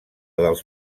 dels